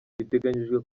biteganyijwe